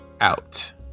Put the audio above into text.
out